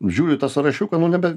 žiūriu į tą sąrašiuką nu nebent